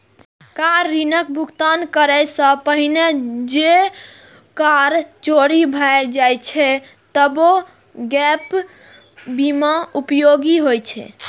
car ऋणक भुगतान करै सं पहिने जौं कार चोरी भए जाए छै, तबो गैप बीमा उपयोगी होइ छै